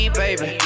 baby